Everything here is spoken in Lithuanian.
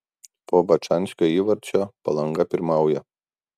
po bačanskio įvarčio palanga pirmauja